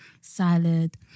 salad